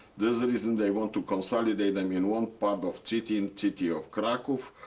this is the reason they want to consolidate. i mean one part of city and city of krakow,